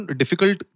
difficult